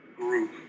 group